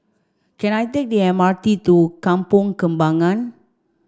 can I take the M R T to Kampong Kembangan